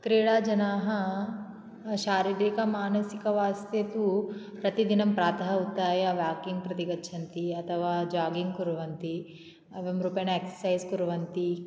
क्रीडाजनाः शारीरिकमानसिकस्वास्थ्ये तु प्रतिदिनं प्रातः उत्थाय वाकिङ्ग् प्रति गच्छन्ति अथवा जागिङ्ग् कुर्वन्ति एवं रूपेण एक्सर्सैज़् कुर्वन्ति